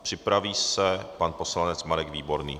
Připraví se pan poslanec Marek Výborný.